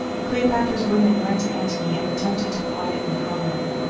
cleopatra's women went to antony and attempted to quiet and calm him.